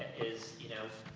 has you know,